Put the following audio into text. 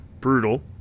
brutal